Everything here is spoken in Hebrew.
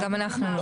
גם אנחנו לא.